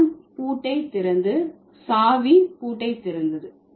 John பூட்டை திறந்து சாவி பூட்டை திறந்தான்